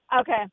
Okay